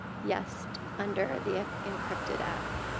yes, under the encrypted app.